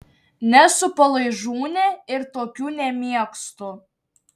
nesu palaižūnė ir tokių nemėgstu